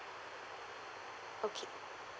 okay